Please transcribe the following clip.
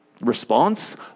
response